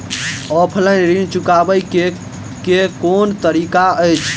Offline ऋण चुकाबै केँ केँ कुन तरीका अछि?